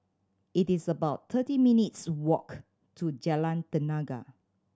it is about thirty minutes' walk to Jalan Tenaga